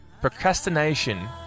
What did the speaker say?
Procrastination